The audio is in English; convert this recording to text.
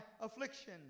affliction